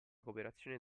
cooperazione